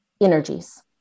energies